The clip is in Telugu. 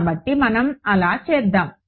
కాబట్టి మనం అలా చేద్దాం